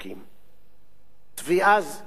קביעה זו עד היום